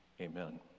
Amen